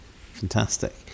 fantastic